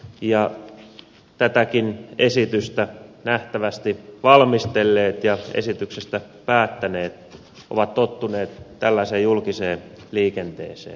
nähtävästi tätäkin esitystä valmistelleet ja esityksestä päättäneet ovat tottuneet tällaiseen julkiseen liikenteeseen